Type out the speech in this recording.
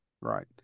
right